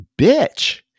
bitch